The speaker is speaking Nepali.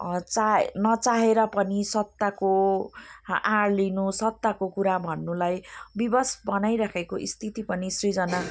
चा नचाहेर पनि सत्ताको आड लिनु सत्ताको कुरा भन्नुलाई विवश बनाइराखेको स्थिति पनि सृजना